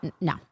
No